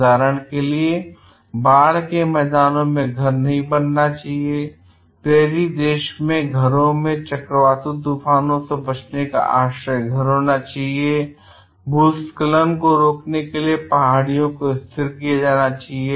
उदाहरण के लिए बाढ़ के मैदानों में घर नहीं बनने चाहिए प्रेयरी देश में घरों में चक्रवात तूफानों से बचने का आश्रय घर होना चाहिए भूस्खलन को रोकने के लिए पहाड़ी को स्थिर किया जाना चाहिए